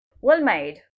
well-made